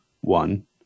one